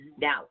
Now